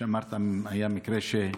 כמו שאמרת, היה מקרה של